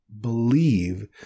believe